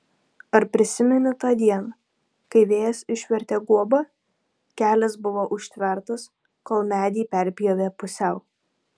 ar prisimeni tą dieną kai vėjas išvertė guobą kelias buvo užtvertas kol medį perpjovė pusiau